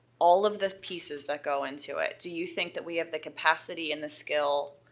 all of the pieces that go into it? do you think that we have the capacity and the skill